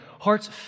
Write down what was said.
hearts